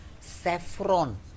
Saffron